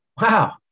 Wow